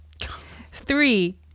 Three